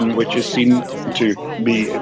and which is seen to be,